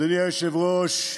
אדוני היושב-ראש,